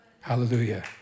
Hallelujah